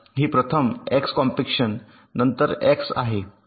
हे प्रथम X compaction नंतर एक्स आहे